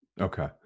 Okay